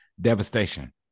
devastation